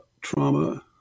trauma